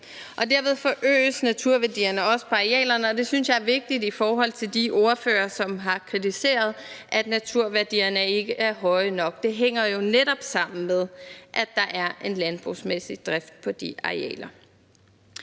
Derved forøges naturværdierne også på arealerne, og det synes jeg er vigtigt at sige til de ordførere, som har kritiseret, at naturværdierne ikke er høje nok; det hænger jo netop sammen med, at der er en landbrugsmæssig drift på de arealer.